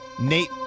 Nate